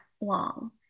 long